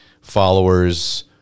followers